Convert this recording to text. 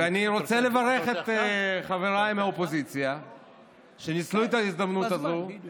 אני רוצה לברך את חברי מהאופוזיציה שניצלו את ההזדמנות הזאת